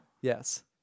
Yes